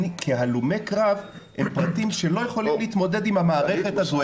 כי הלומי קרב הם פרטים שלא יכולים להתמודד עם המערכת הזו,